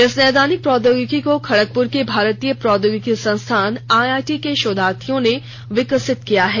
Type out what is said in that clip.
इस नैदानिक प्रौद्योगिकी को खडगपुर के भारतीय प्रौद्योगिकी संस्थान आईआईटी के शोधार्थियों ने विकसित किया है